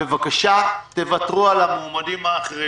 בבקשה, תוותרו על המועמדים האחרים.